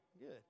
Good